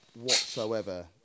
whatsoever